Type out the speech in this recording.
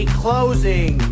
closing